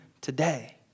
today